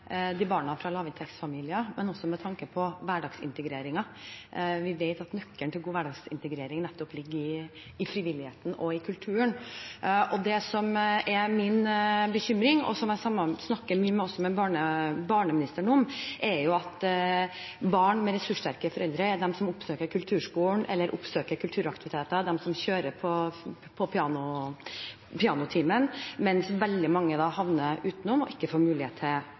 barna fra lavinntektsfamilier, det er viktig også med tanke på hverdagsintegreringen. Vi vet at nøkkelen til god hverdagsintegrering nettopp ligger i frivilligheten og i kulturen. Det som er min bekymring, og som jeg også snakker mye med barneministeren om, er at det er barn med ressurssterke foreldre som oppsøker kulturskolen eller oppsøker kulturaktiviteter, og som blir kjørt til pianotimen, mens veldig mange havner utenfor og ikke får mulighet til